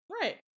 right